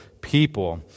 people